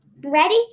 ready